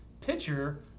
pitcher